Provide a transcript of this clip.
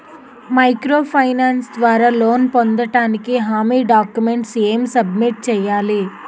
Micro finance ద్వారా loan పొందటానికి హామీ డాక్యుమెంట్స్ ఎం సబ్మిట్ చేయాలి?